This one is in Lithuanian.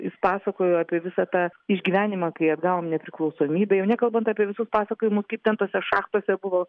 jis pasakojo apie visą tą išgyvenimą kai atgavom nepriklausomybę jau nekalbant apie visus pasakojimus kaip ten tose šachtose buvo